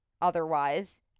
otherwise